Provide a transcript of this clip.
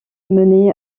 mener